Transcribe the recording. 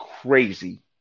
crazy